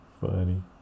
funny